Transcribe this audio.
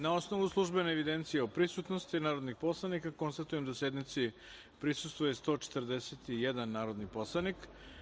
Na osnovu službene evidencije o prisutnosti narodnih poslanika, konstatujem da sednici prisustvuje 141 narodni poslanik.